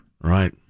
Right